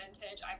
vintage